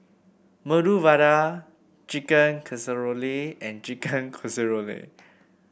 Medu Vada Chicken Casserole and Chicken Casserole